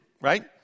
right